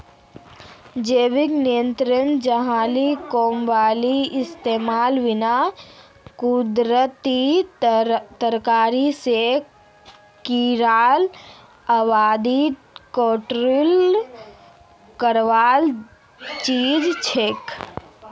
जैविक नियंत्रण जहरीला केमिकलेर इस्तमालेर बिना कुदरती तरीका स कीड़ार आबादी कंट्रोल करवार चीज छिके